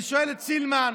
אני שואל את סילמן,